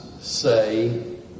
say